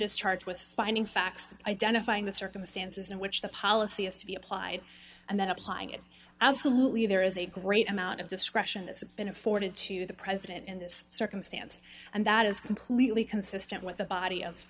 is charged with finding facts identifying the circumstances in which the policy is to be applied and then applying it absolutely there is a great amount of discretion that's been afforded to the president in this circumstance and that is completely consistent with the body of